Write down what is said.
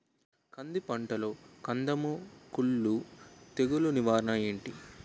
కంది పంటలో కందము కుల్లు తెగులు నివారణ ఏంటి?